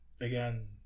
Again